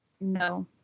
No